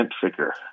figure